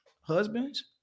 husbands